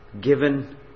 given